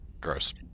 Gross